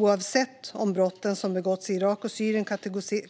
Oavsett om brotten som begåtts i Irak och Syrien